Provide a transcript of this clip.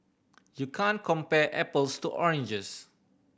you can't compare apples to oranges